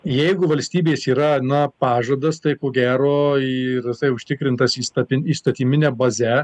jeigu valstybės yra na pažadas tai ko gero ir jisai užtikrintas įstatin įstatymine baze